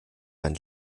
man